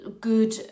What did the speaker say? good